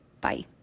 Bye